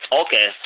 Okay